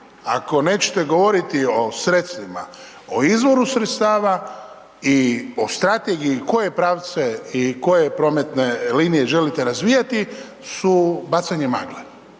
ako nećete govoriti o sredstvima, o izvoru sredstava i o strategiji koje pravce i koje prometne linije želite razvijati su bacanje magle